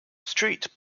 street